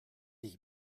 deep